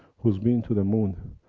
who has been to the moon.